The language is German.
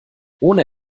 ohne